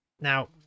Now